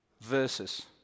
verses